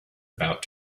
about